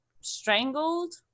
strangled